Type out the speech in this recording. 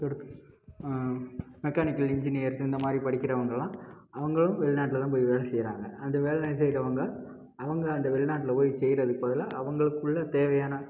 எடுத் mechanical engineers இந்த மாதிரி படிக்கிறவங்களெலாம் அவங்களும் வெளிநாட்டில் தான் போய் வேலை செய்கிறாங்க அந்த வேலை நெ செய்றவங்க அவங்க அந்த வெளிநாட்டில் போய் செய்யுறதுக்கு பதிலாக அவங்களுக்குள்ள தேவையான